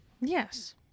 Yes